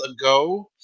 ago